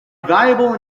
valuable